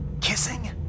Kissing